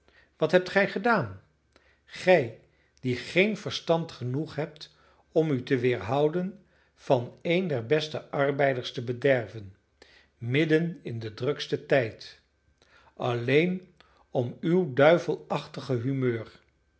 wat hebt gij gedaan gij die geen verstand genoeg hebt om u te weerhouden van een der beste arbeiders te bederven midden in den druksten tijd alleen om uw duivelachtige humeur